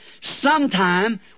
Sometime